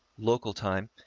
local time,